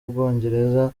bwongereza